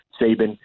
Saban